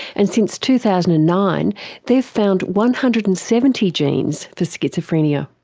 and since two thousand and nine they've found one hundred and seventy genes for schizophrenia.